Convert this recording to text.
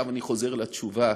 עכשיו אני חוזר לתשובה